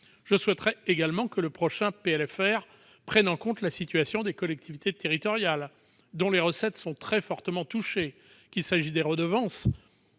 Je souhaiterais également que le prochain PLFR prenne en compte la situation des collectivités territoriales, dont les recettes sont très fortement touchées, qu'il s'agisse des redevances